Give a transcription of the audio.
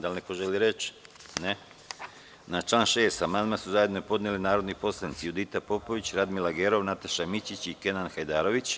Da li neko želi reč? (Ne.) Na član 6. amandman su zajedno podneli narodni poslanici Judita Popović, Radmila Gerov, Nataša Mićić i Kenan hajdarević.